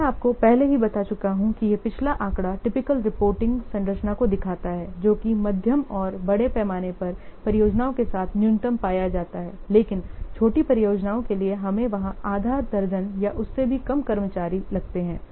मैं आपको पहले ही बता चुका हूं कि यह पिछला आंकड़ा टिपिकल रिपोर्टिंग संरचना को दिखाता है जो कि मध्यम और बड़े पैमाने पर परियोजनाओं के साथ न्यूनतम पाया जाता है लेकिन छोटी परियोजनाओं के लिए हम वहां आधा दर्जन या उससे भी कम कर्मचारी होते हैं